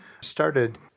started